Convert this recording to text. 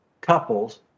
couples